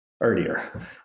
earlier